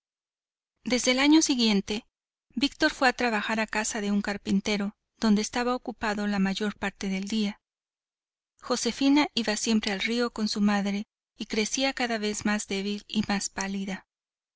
desde el año siguiente víctor fue a trabajar a casa de un carpintero donde estaba ocupado la mayor parte del día josefina iba siempre al río con su madre y crecía cada vez más débil y más pálida